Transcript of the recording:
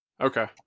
okay